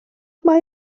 mae